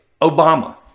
Obama